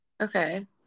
Okay